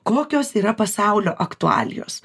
kokios yra pasaulio aktualijos